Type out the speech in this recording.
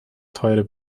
teure